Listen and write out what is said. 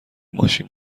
ماشین